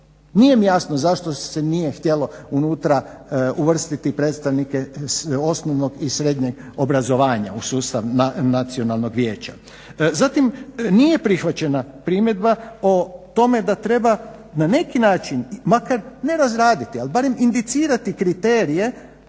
nije mi jasno zašto se nije htjelo unutra uvrstiti predstavnike osnovnog i srednjeg obrazovanja u sustav nacionalnog vijeća. Zatim, nije prihvaćena o tome da treba na neki način, makar ne razraditi, ali barem indicirati kriterije